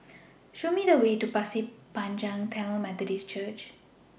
Show Me The Way to Pasir Panjang Tamil Methodist Church